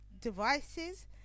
devices